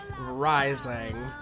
rising